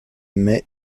mai